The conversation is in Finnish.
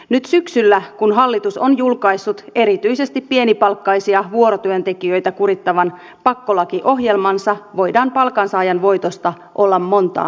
nyt syksyllä kun hallitus on julkaissut erityisesti pienipalkkaisia vuorotyöntekijöitä kurittavan pakkolakiohjelmansa voidaan palkansaajan voitosta olla montaa mieltä